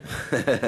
לקואליציה.